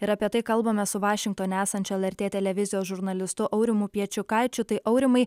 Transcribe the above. ir apie tai kalbame su vašingtone esančio lrt televizijos žurnalistu aurimu piečiukaičiu tai aurimai